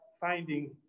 finding